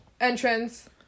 entrance